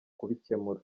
kubikemura